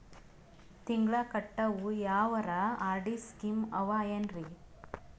ತಿಂಗಳ ಕಟ್ಟವು ಯಾವರ ಆರ್.ಡಿ ಸ್ಕೀಮ ಆವ ಏನ್ರಿ?